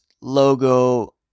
logo